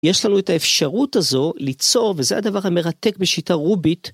יש לנו את האפשרות הזו ליצור, וזה הדבר המרתק בשיטה רובית.